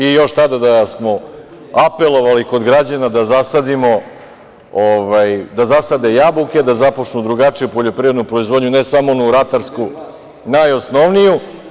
I još tada da smo apelovali kod građana da zasade jabuke, da započnu drugačiju poljoprivrednu proizvodnju, ne samo onu ratarsku najosnovniju.